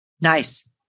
Nice